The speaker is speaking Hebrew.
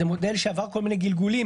זה מודל שעבר כל מיני גלגולים,